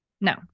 No